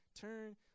Turn